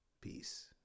Peace